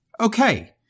Okay